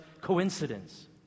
coincidence